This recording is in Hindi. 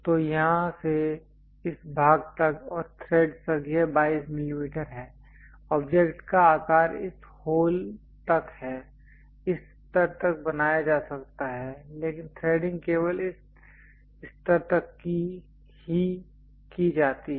तो यहाँ से इस भाग तक और थ्रेड तक यह 22 mm है ऑब्जेक्ट का आकार इस होल तक है इस स्तर तक बनाया जा सकता है लेकिन थ्रेडिंग केवल इस स्तर तक ही की जाती है